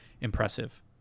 impressive